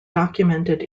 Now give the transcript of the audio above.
documented